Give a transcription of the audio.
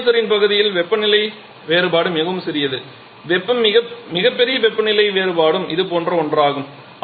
எக்கானமைசரின் பகுதியில் வெப்பநிலை வேறுபாடு மிகவும் சிறியது மிகப்பெரிய வெப்பநிலை வேறுபாடும் இது போன்ற ஒன்றாகும்